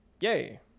Yay